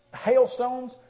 hailstones